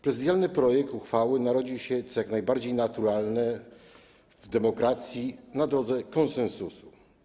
Prezydialny projekt uchwały narodził się - co jak najbardziej naturalne w demokracji - na drodze konsensusu.